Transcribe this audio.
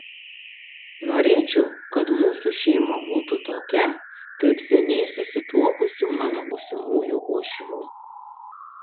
norėčiau kad mūsų šeima būtų tokia kaip seniai susituokusių mano būsimųjų uošvių